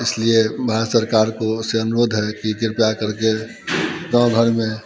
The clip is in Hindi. इस लिए भारत सरकार को से अनुरोध है कि कृपया कर के गाँव घर में